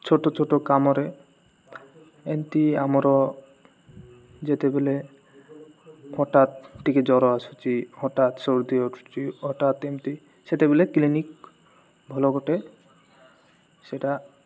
ଛୋଟ ଛୋଟ କାମରେ ଏମତି ଆମର ଯେତେବେଳେ ହଠାତ୍ ଟିକେ ଜ୍ଵର ଆସୁଛି ହଠାତ୍ ସର୍ଦି ଅଟୁଚି ହଠାତ୍ ଏମିତି ସେତେବେଲେ କ୍ଲିନିକ୍ ଭଲ ଗୋଟେ ସେଟା